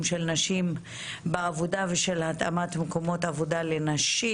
של נשים בעבודה ושל התאמת מקומות עבודה לנשים,